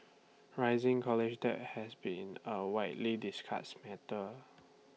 rising college debt has been A widely discussed matter